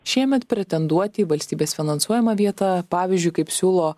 šiemet pretenduoti į valstybės finansuojamą vietą pavyzdžiui kaip siūlo